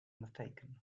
mistaken